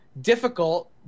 difficult